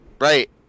right